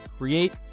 create